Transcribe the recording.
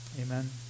Amen